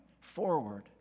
forward